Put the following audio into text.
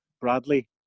Bradley